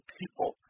people